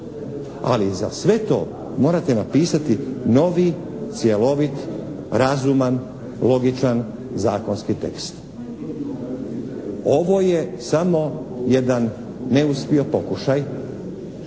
Ali i za sve to morate napisati novi, cjelovit, razuman, logičan zakonski tekst. Ovo je samo jedan neuspio pokušaj